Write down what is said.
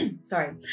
Sorry